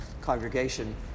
congregation